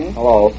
Hello